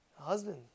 Husband